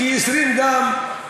כי 20 גם,